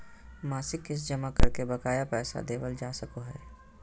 मासिक किस्त जमा करके बकाया पैसा देबल जा सको हय